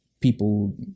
people